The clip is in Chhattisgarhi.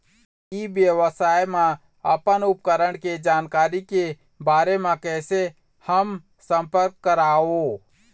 ई व्यवसाय मा अपन उपकरण के जानकारी के बारे मा कैसे हम संपर्क करवो?